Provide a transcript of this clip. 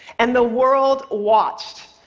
and the world watched.